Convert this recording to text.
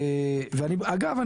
ואני אגב,